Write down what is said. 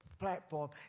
platform